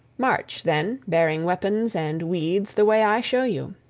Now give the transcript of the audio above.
march, then, bearing weapons and weeds the way i show you.